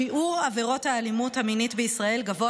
שיעור עבירות האלימות המינית בישראל גבוה